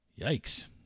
Yikes